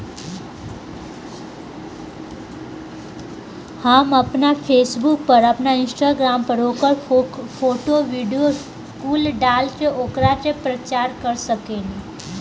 हम आपना फेसबुक पर, आपन इंस्टाग्राम पर ओकर फोटो, वीडीओ कुल डाल के ओकरा के प्रचार कर सकेनी